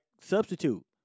Substitute